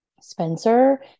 Spencer